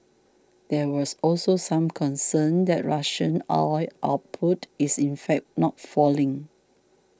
there was also some concern that Russian oil output is in fact not falling